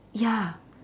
ya